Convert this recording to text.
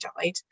died